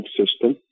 system